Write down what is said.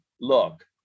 look